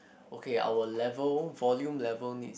okay our level volume level needs